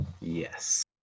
Yes